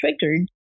triggered